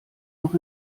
noch